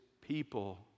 people